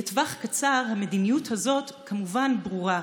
בטווח הקצר, המדיניות הזאת כמובן ברורה,